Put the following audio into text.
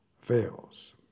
fails